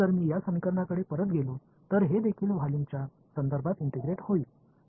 आता जर मी या समीकरणाकडे परत गेलो तर हे देखील व्हॉल्यूमच्या संदर्भात इंटिग्रेट होईल